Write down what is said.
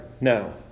No